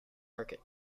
market